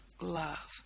love